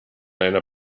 einer